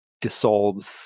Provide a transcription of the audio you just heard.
dissolves